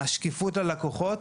השקיפות ללקוחות.